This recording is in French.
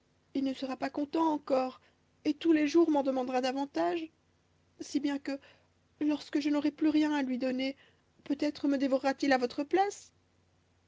il ne sera pas content encore et tous les jours m'en demandera davantage si bien que lorsque je n'aurai plus rien à lui donner peut-être me dévorera t il à votre place